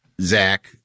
Zach